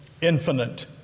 infinite